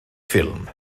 ffilm